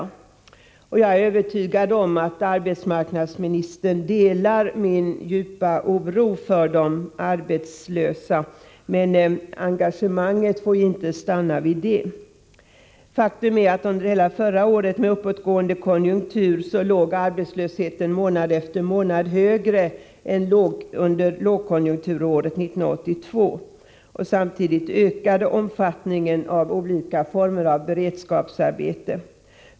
Jag är övertygad om att arbetsmarknadsministern delar min djupa oro för de arbetslösa. Men engagemanget får inte stanna vid det. Faktum är att redan under hela förra året med uppåtgående konjunktur låg arbetslösheten månad efter månad högre än under lågkonjunkturåret 1982. Samtidigt ökade omfattningen av olika former av beredskapsarbeten.